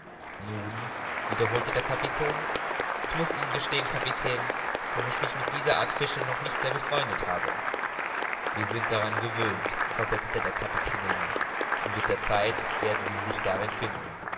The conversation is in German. nun wiederholte der kapitän ich muß ihnen gestehen kapitän daß ich mich mit dieser art fische noch nicht sehr befreundet habe wir sind daran gewöhnt versetzte der kapitän nemo und mit der zeit werden sie sich darin finden